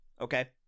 okay